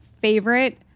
favorite